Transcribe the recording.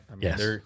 Yes